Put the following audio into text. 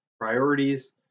priorities